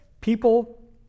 People